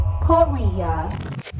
Korea